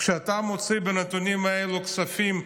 כשאתה מוציא בנתונים האלו כספים,